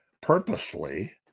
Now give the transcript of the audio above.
purposely